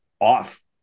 off